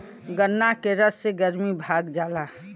गन्ना के रस से गरमी भाग जाला